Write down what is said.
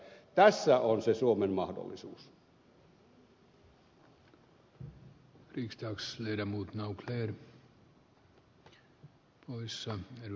tässä on se suomen mahdollisuus